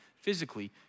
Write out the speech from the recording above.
physically